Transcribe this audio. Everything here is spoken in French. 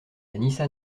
nissan